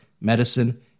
medicine